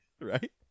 Right